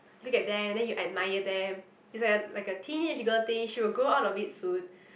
look at them then you admire them is like like a teenage girl day you'll go out of it soon